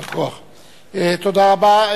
תודה רבה.